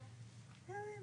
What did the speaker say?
לא.